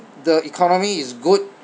the economy is good